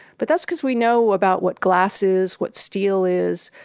but that's because we know about what glass is, what steel is,